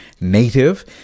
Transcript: native